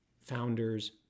founders